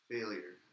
Failure